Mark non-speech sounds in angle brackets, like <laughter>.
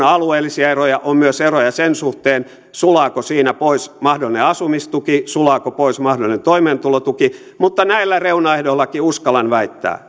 <unintelligible> alueellisia eroja on myös eroja sen suhteen sulaako siinä pois mahdollinen asumistuki sulaako pois mahdollinen toimeentulotuki mutta näillä reunaehdoillakin uskallan väittää